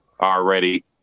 already